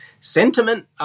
sentiment